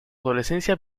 adolescencia